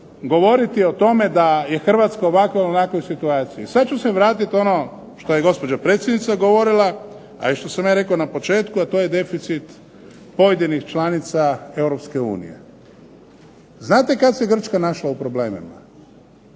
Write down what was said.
govoriti o tome da je Hrvatska u ovakvoj ili onakvoj situaciji. Sad ću se vratiti ono što je gospođa predsjednica govorila, a i što sam ja rekao na početku, a to je deficit pojedinih članica Europske unije. Znate kad se Grčka našla u problemima?